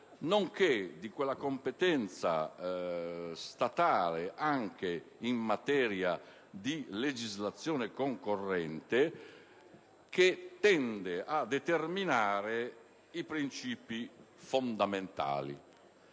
nonché di quella competenza statale anche in materia di legislazione concorrente che tende a determinare i princìpi fondamentali.